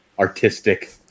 artistic